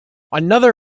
another